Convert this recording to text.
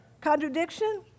Contradiction